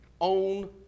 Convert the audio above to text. own